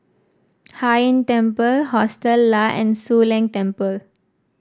Hai Inn Temple Hostel Lah and Soon Leng Temple